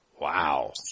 Wow